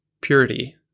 purity